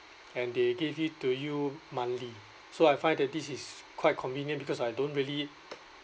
and they give it to you monthly so I find that this is quite convenient because I don't really